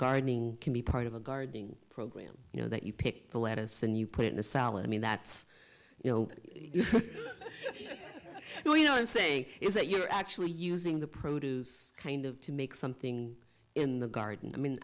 gardening can be part of a gardening program you know that you pick the lettuce and you put in a salad i mean that's you know you know you know i'm saying is that you are actually using the produce kind of to make something in the garden i mean